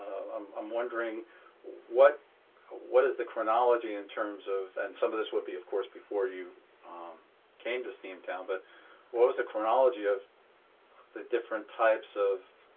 um i'm wondering what what is the chronology in terms of and some of this would be, of course, before you came to steamtown but what was the chronology of the different types of,